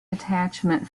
attachment